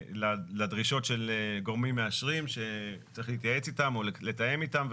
לדרישות של גורמים מאשרים שצריך להתייעץ אתם או לתאם אתם וכולי.